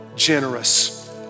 generous